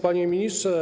Panie Ministrze!